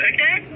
Okay